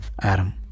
Adam